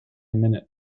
minute